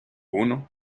uno